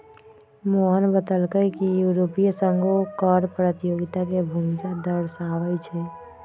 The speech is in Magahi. मोहन बतलकई कि यूरोपीय संघो कर प्रतियोगिता के भूमिका दर्शावाई छई